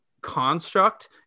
construct